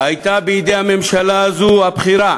הייתה בידי הממשלה הזאת הבחירה